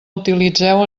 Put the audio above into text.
utilitzeu